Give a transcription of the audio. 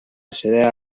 acceder